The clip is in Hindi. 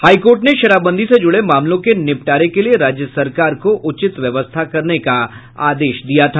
हाई कोर्ट ने शराबबंदी से जुड़े मामलों के निपटारे के लिए राज्य सरकार को उचित व्यवस्था करने का आदेश दिया था